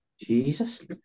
Jesus